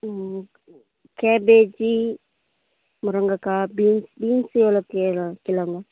ம் கேபேஜி முருங்கக்காய் beans beans எவ்வளோ கிலோ கிலோங்க